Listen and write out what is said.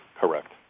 Correct